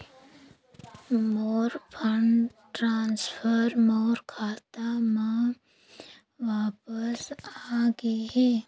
मोर fund transfer मोर खाता म वापस आ गे हे